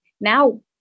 Now